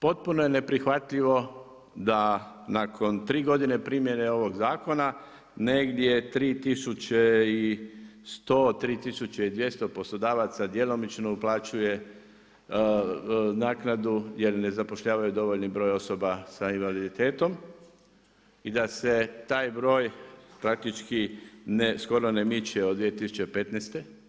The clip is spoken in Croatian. Potpuno je neprihvatljivo da nakon 3 godine primjene ovog zakona negdje 3100, 3200 poslodavaca djelomično uplaćuje naknadu, jer ne zapošljavaju dovoljan broj osoba sa invaliditetom i da se taj broj praktički skoro ne miče od 2015.